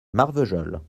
marvejols